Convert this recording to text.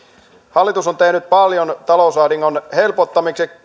hallitus on tehnyt paljon talousahdingon helpottamiseksi